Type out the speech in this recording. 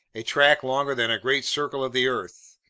a track longer than a great circle of the earth.